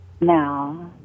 now